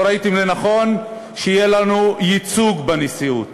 לא ראיתם לנכון שיהיה לנו ייצוג בנשיאות.